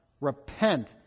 repent